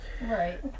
Right